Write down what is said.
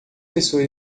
pessoas